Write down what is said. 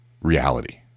reality